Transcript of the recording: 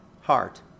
heart